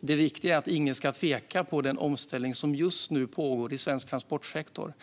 Det viktiga är att ingen ska tvivla på den omställning som just nu pågår i svensk transportsektor.